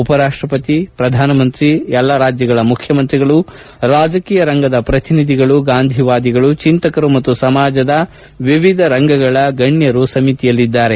ಉಪರಾಷ್ಟಪತಿ ಪ್ರಧಾನಮಂತ್ರಿ ಎಲ್ಲ ರಾಜ್ಗಳ ಮುಖ್ಯಮಂತ್ರಿಗಳು ರಾಜಕೀಯ ರಂಗದ ಪ್ರತಿನಿಧಿಗಳು ಗಾಂಧಿವಾದಿಗಳು ಚಿಂತಕರು ಮತ್ತು ಸಮಾಜದ ವಿವಿಧ ರಂಗಗಳ ಗಣ್ಣರು ಸಮಿತಿಯಲ್ಲಿದ್ದಾರೆ